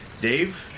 Dave